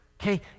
Okay